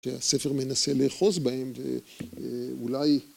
‫שהספר מנסה לאחוז בהם, ואולי...